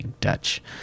Dutch